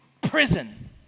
prison